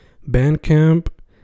Bandcamp